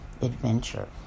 adventure